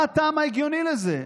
מה הטעם ההגיוני לזה?